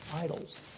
idols